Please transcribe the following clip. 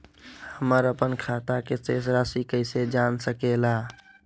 हमर अपन खाता के शेष रासि कैसे जान सके ला?